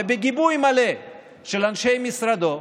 בגיבוי מלא של אנשי משרדו,